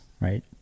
right